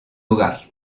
lugar